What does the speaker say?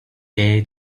day